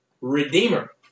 Redeemer